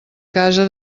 casa